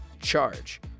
charge